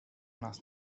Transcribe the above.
nas